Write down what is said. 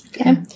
Okay